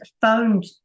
phoned